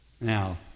Now